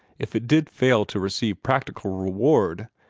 if it did fail to receive practical reward,